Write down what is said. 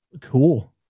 cool